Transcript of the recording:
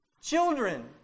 Children